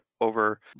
over